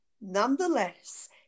Nonetheless